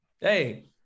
hey